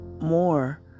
more